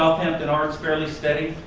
southampton arts, fairly steady,